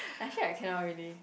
actually I cannot really